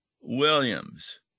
Williams